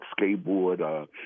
skateboard